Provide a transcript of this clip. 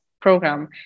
program